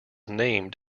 named